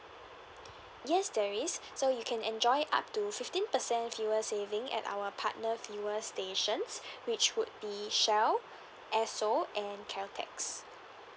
yes there is so you can enjoy up to fifteen percent fuel saving at our partner fuel stations which would be shell esso and caltex